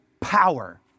power